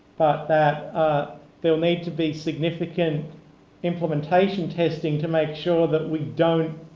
that there'll need to be significant implementation testing to make sure that we don't